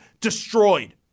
destroyed